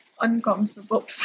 uncomfortable